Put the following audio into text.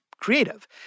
creative